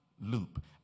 loop